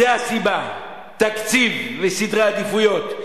זו הסיבה, תקציב וסדרי עדיפויות.